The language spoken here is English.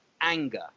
anger